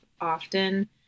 often